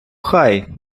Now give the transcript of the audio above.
хай